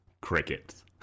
Crickets